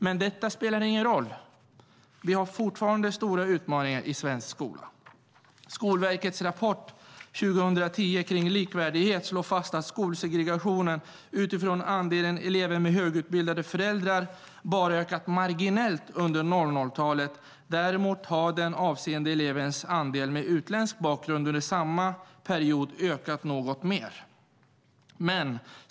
Men detta spelar ingen roll. Vi har fortfarande stora utmaningar i svensk skola. Skolverkets rapport 2012 om likvärdighet slår fast att skolsegregationen utifrån andelen elever med högutbildade föräldrar bara har ökat marginellt under 00-talet. Däremot har den avseende elevandelen med utländsk bakgrund under samma period ökat något mer.